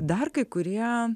dar kai kurie